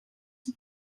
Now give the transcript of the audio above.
het